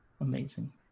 amazing